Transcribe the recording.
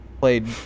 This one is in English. played